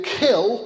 kill